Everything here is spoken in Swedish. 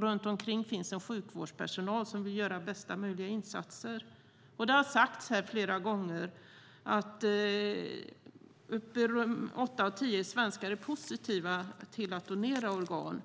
Runt omkring finns en sjukvårdspersonal som vill göra bästa möjliga insatser. Det har sagts här flera gånger att åtta av tio svenskar är positiva till att donera organ.